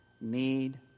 need